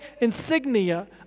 insignia